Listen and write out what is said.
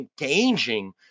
engaging